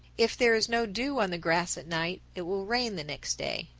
if there is no dew on the grass at night, it will rain the next day.